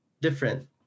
different